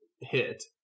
hit